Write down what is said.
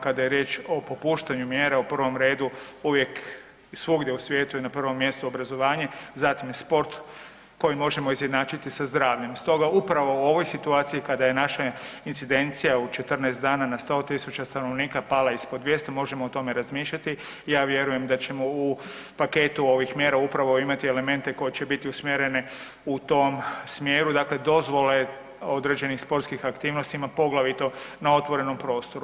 Kada je riječ o popuštanju mjera u prvom redu, uvijek i svugdje u svijetu je na prvom mjestu obrazovanje, zatim sport koji možemo izjednačiti sa zdravljem stoga upravo u ovoj situaciji kada je naša incidencija u 14 dana na 100 000 stanovnika pala ispod 200, možemo o tome razmišljati, ja vjerujem da ćemo u paketu ovih mjera upravo imati elemente koji će biti usmjereni u tom smjeru, dakle dozvole određenih sportskih aktivnostima poglavito na otvorenom prostoru.